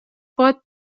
pot